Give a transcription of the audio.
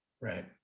Right